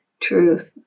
Truth